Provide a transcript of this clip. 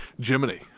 Jiminy